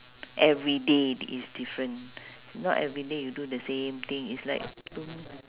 everyday is different if not everyday you do the same thing is like don't